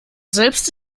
selbst